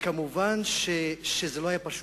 מובן שזה לא היה פשוט,